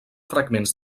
fragments